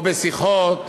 או בשיחות,